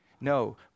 No